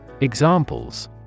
Examples